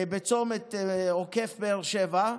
בצומת עוקף באר שבע,